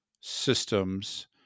Systems